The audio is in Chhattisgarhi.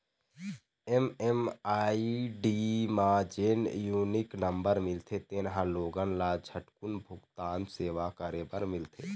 एम.एम.आई.डी म जेन यूनिक नंबर मिलथे तेन ह लोगन ल झटकून भूगतान सेवा करे बर मिलथे